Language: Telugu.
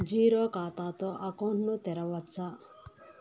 జీరో ఖాతా తో అకౌంట్ ను తెరవచ్చా?